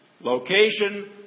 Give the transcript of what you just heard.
Location